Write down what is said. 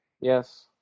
Yes